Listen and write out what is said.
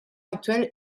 actuel